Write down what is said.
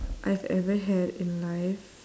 I've ever had in life